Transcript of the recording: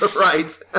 Right